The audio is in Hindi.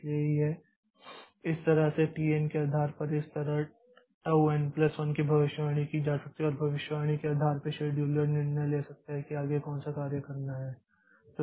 इसलिए इस तरह से tn के आधार पर इस तरह tau n plus 1n1 की भविष्यवाणी की जा सकती है और भविष्यवाणी के आधार पर शेड्यूलर निर्णय ले सकता है कि आगे कौन सा कार्य करना है